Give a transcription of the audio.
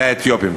לאתיופים.